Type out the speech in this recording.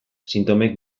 sintomek